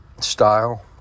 style